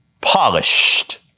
polished